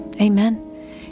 Amen